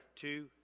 two